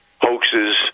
hoaxes